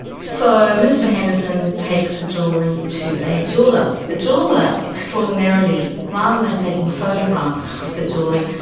so mr henderson takes the jewellery to a jeweller. the jeweller extraordinarily, rather than taking photographs of the jewellery,